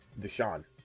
Deshaun